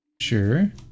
Sure